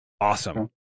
awesome